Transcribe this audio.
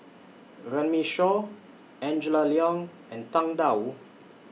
Runme Shaw Angela Liong and Tang DA Wu